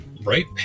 Right